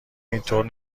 اینطور